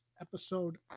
episode